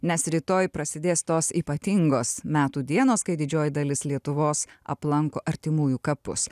nes rytoj prasidės tos ypatingos metų dienos kai didžioji dalis lietuvos aplanko artimųjų kapus